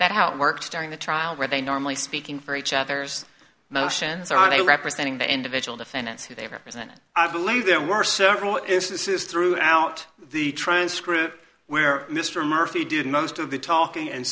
that how it works during the trial where they normally speaking for each other's motions are they representing the individual defendants who they represented i believe there were several instances throughout the transcript where mr murphy did most of the talking and